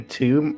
two